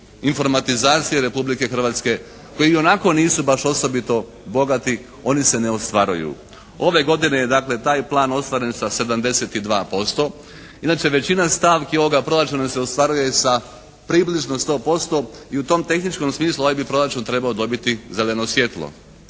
informatizacije Republike Hrvatske koji ionako nisu baš osobito bogati oni se ne ostvaruju. Ove godine je dakle taj plan ostvaren sa 72%. Inače većina stavki ovoga proračuna se ostvaruje sa približno 100% i u tom tehničkom smislu ovaj bi proračun trebao dobiti zeleno svjetlo.